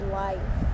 life